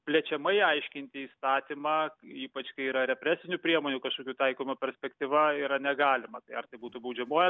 plečiamai aiškinti įstatymą ypač kai yra represinių priemonių kažkokių taikoma perspektyva yra negalima tai ar tai būtų baudžiamoji